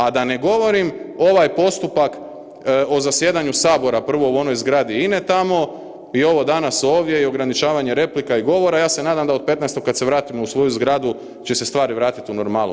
A da ne govorim, ovaj postupak o zasjedanju Sabora, prvo u onoj zgradi INA-e tamo, i ovo danas ovdje i ograničavanje replika i govora, ja se nadam da od 15. kad se vratimo u svoju zgradu će se stvari vratiti u normalu.